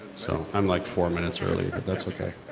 so i'm like four minutes early, but that's okay.